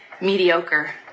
mediocre